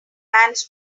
hands